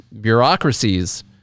bureaucracies